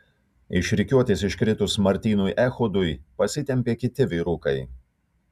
iš rikiuotės iškritus martynui echodui pasitempė kiti vyrukai